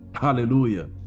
Hallelujah